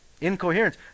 Incoherence